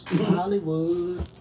Hollywood